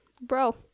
bro